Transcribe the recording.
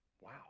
wow